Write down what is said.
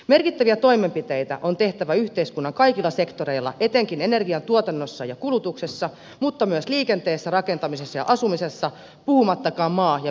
merkittäviä toimenpiteitä on tehtävä yhteiskunnan kaikilla sektoreilla etenkin energian tuotannossa ja kulutuksessa mutta myös liikenteessä rakentamisessa ja asumisessa puhumattakaan maa ja metsätaloudesta